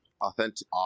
authentic